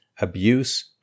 abuse